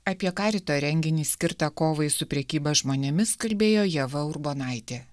apie karito renginį skirtą kovai su prekyba žmonėmis kalbėjo ieva urbonaitė